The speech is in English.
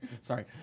Sorry